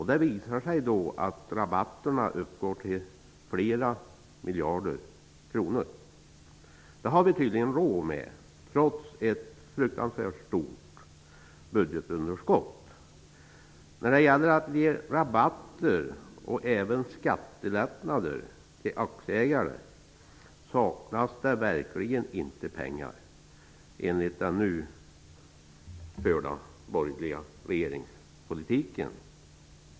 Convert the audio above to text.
Det visar sig att rabatterna uppgår till flera miljarder kronor. Det har vi tydligen råd med, trots ett fruktansvärt stort budgetunderskott. När det gäller att ge rabatter och skattelättnader till aktieägare saknas det inte pengar, enligt den nu förda borgerliga regeringspolitiken.